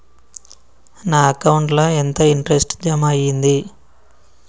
నా అకౌంట్ ల ఎంత ఇంట్రెస్ట్ జమ అయ్యింది?